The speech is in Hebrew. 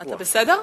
אתה בסדר?